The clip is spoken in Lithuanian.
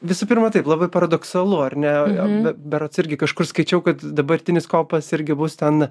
visų pirma taip labai paradoksalu ar ne be berods irgi kažkur skaičiau kad dabartinis kopas irgi bus ten